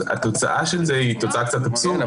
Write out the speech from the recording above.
התוצאה של זה היא קצת אבסורדית.